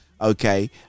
Okay